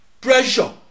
pressure